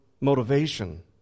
motivation